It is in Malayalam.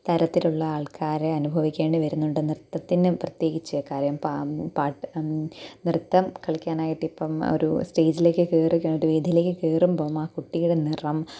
തരത്തിലുള്ള ആൾക്കാർ അനുഭവിക്കേണ്ടി വരുന്നുണ്ട് നൃത്തത്തിന് പ്രത്യേകിച്ച് കാര്യം പാട്ട് നൃത്തം കളിക്കാനായിട്ട് പ്പം ഒരു സ്റ്റേജിലേക്ക് കയറിക്കഴിഞ്ഞിട്ട് വേദിലേക്ക് കയറുമ്പം ആ കുട്ടിയുടെ നിറം